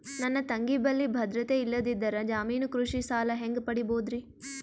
ನನ್ನ ತಂಗಿ ಬಲ್ಲಿ ಭದ್ರತೆ ಇಲ್ಲದಿದ್ದರ, ಜಾಮೀನು ಕೃಷಿ ಸಾಲ ಹೆಂಗ ಪಡಿಬೋದರಿ?